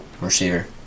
receiver